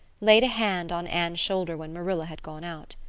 laid a hand on anne's shoulder when marilla had gone out.